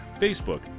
facebook